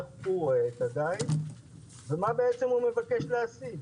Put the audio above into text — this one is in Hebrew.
איך הוא רואה את הדיג ומה הוא מבקש להשיג.